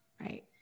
Right